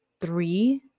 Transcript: three